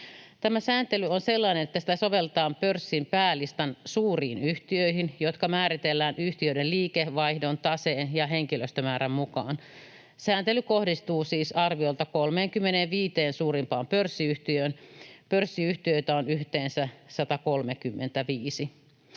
Tämä sääntely on sellainen, että sitä sovelletaan pörssin päälistan suuriin yhtiöihin, jotka määritellään yhtiöiden liikevaihdon, taseen ja henkilöstömäärän mukaan. Sääntely kohdistuu siis arviolta 35 suurimpaan pörssiyhtiöön. Pörssiyhtiöitä on yhteensä 135.